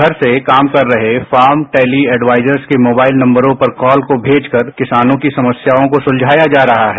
घर से काम कर रहे फार्म टेली एडवाइजर्स केनंबरों पर कॉल को भेजकर किसानों की समस्याओं को सुलझाया जा रहा है